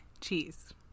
cheese